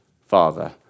Father